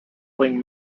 wing